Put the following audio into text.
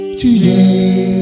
today